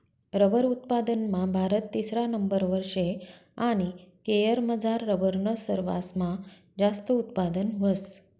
rubber उत्पादनमा भारत तिसरा नंबरवर शे आणि केरयमझार रबरनं सरवासमा जास्त उत्पादन व्हस